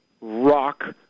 rock